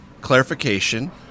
clarification